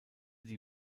die